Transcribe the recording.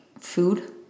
food